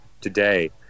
today